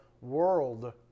world